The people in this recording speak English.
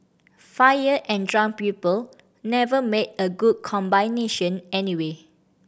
fire and drunk people never make a good combination anyway